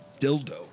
Dildo